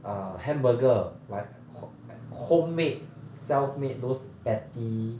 err hamburger like homemade self made those patty